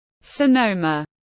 Sonoma